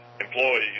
employees